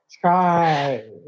Try